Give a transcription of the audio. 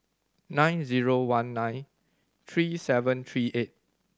nine zero one nine three seven three eight